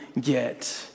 get